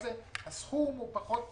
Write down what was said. הסכום הוא פחות משמעותי,